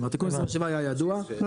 כלומר תיקון 27 היה ידוע --- לא,